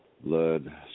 Blood